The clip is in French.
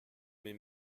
mes